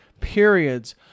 periods